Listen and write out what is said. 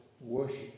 worship